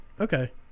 okay